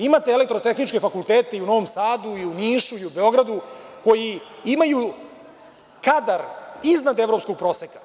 Imate elektrotehničke fakultete i u Novom Sadu i u Nišu i u Beogradu, koji imaju kadar iznad evropskog proseka.